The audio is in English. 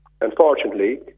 Unfortunately